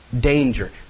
danger